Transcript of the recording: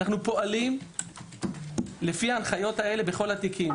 אנחנו פועלים לפי ההנחיות האלה בכל התיקים.